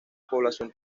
población